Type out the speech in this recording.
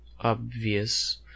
Obvious